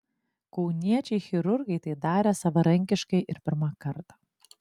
kauniečiai chirurgai tai darė savarankiškai ir pirmą kartą